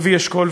לוי אשכול.